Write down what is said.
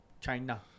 China